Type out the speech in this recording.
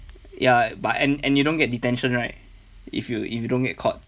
ya but and and you don't get detention right if you if you don't get caught